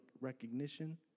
recognition